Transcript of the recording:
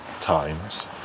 times